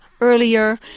earlier